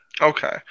Okay